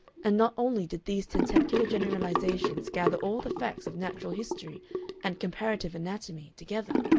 and not only did these tentacular generalizations gather all the facts of natural history and comparative anatomy together,